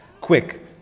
quick